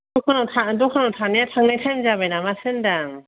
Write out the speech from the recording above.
दखानाव दखानाव थानाया थांनाय टाइम जाबाय नामासो होनदां